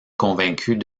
convaincue